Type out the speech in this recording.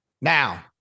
Now